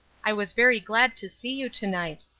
i was very glad to see you to-night.